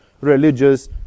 religious